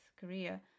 Korea